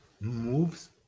Moves